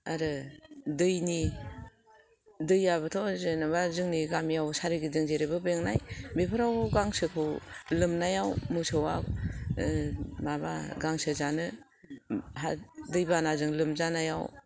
आरो दैनि दैयाबोथ' जेन'बा जोंनि गामियाव सोरगिदिं जेरैबो बेंनाय बेफोराव गांसोखौ लोमनायाव मोसौआ माबा गांसो जानो हा दैबानाजों लोमजानायाव